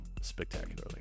spectacularly